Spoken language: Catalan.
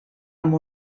amb